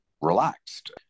relaxed